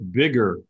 bigger